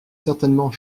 certainement